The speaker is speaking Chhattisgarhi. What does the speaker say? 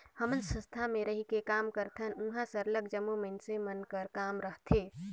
हमन संस्था में रहिके काम करथन उहाँ सरलग जम्मो मइनसे मन कर काम रहथे